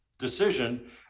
decision